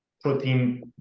protein